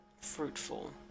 fruitful